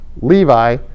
Levi